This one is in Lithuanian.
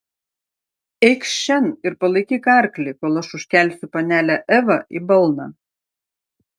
eikš šen ir palaikyk arklį kol aš užkelsiu panelę evą į balną